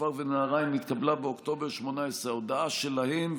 צופר ונהריים התקבלה באוקטובר 2018. ההודעה שלהם,